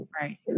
Right